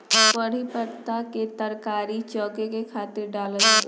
कढ़ी पत्ता के तरकारी छौंके के खातिर डालल जाला